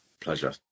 pleasure